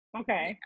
okay